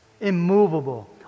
immovable